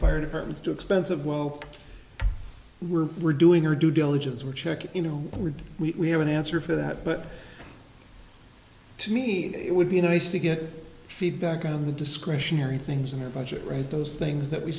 fire departments too expensive well we're we're doing our due diligence we're checking you know would we have an answer for that but to me it would be nice to get feedback on the discretionary things in their budget rate those things that we